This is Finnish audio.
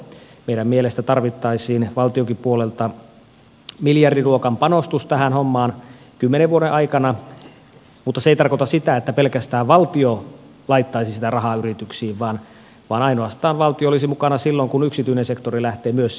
meidän mielestämme tarvittaisiin valtionkin puolelta miljardiluokan panostus tähän hommaan kymmenen vuoden aikana mutta se ei tarkoita sitä että pelkästään valtio laittaisi sitä rahaa yrityksiin vaan ainoastaan valtio olisi mukana silloin kun yksityinen sektori lähtee myös sijoittamaan